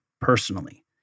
personally